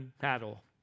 Battle